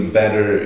better